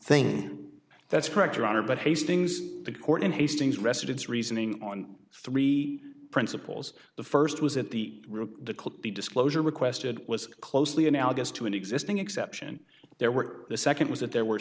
thing that's correct your honor but hastings the court in hastings rested its reasoning on three principles the first was at the root the could be disclosure requested was closely analogous to an existing exception there were the second was that there were